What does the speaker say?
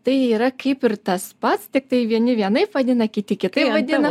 tai yra kaip ir tas pats tiktai vieni vienaip vadina kiti kitaip vadina